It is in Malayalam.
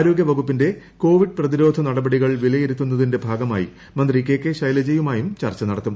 ആരോഗൃവകുപ്പിന്റെ കോവിഡ് പ്രതി്രോധ നടപടികൾ വിലയിരുത്തുന്നതിന്റെ ഭാഗമായി മന്ത്രി കെ കെ ശൈലജ യുമായും ചർച്ച നടത്തും